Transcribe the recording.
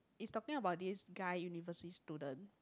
is talking about this guy university student